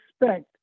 expect